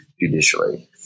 judicially